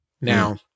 Now